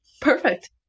Perfect